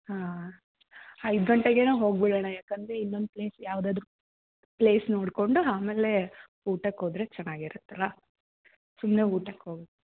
ಹಾಂ ಐದು ಗಂಟೆಗೇ ನಾವು ಹೋಗಿಬಿಡೋಣ ಯಾಕೆಂದರೆ ಇನ್ನೊಂದು ಪ್ಲೇಸ್ ಯಾವುದಾದರೂ ಪ್ಲೇಸ್ ನೋಡಿಕೊಂಡು ಆಮೇಲೆ ಊಟಕ್ಕೆ ಹೋದರೆ ಚೆನ್ನಾಗಿರತ್ತಲ್ಲ ಸುಮ್ಮನೆ ಊಟಕ್ಕೆ ಹೋಗಿ